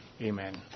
Amen